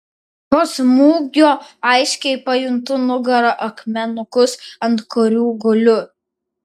po smūgio aiškiai pajuntu nugara akmenukus ant kurių guliu